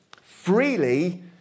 freely